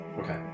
Okay